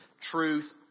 truth